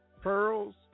pearls